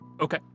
Okay